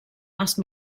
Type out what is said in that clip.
asked